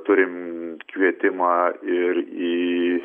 turim kvietimą ir į